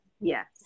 Yes